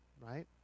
right